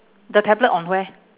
the tablet on where